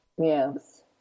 Yes